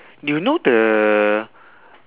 you know the